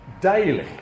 daily